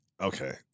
okay